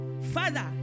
father